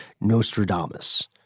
Nostradamus